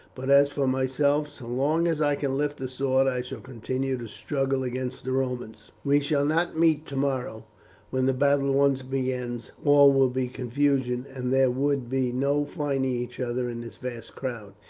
but as for myself, so long as i can lift a sword i shall continue to struggle against the romans. we shall not meet tomorrow when the battle once begins all will be confusion, and there would be no finding each other in this vast crowd.